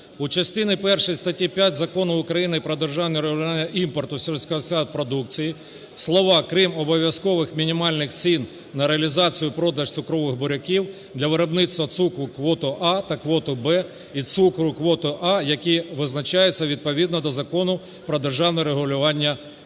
"У частині першій статті 5 Закону України "Про державне регулювання імпорту сільськогосподарської продукції" слова "крім обов'язкових мінімальних цін на реалізацію (продаж) цукрових буряків для виробництва цукру квоти "А" та квоти "В" і цукру квоти "А", які визначаються відповідно до Закону про державне регулювання і